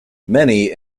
many